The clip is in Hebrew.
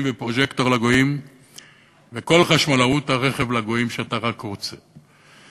ופרוז'קטור לגויים וכל חשמלאות הרכב לגויים שאתה רק רוצה.